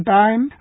time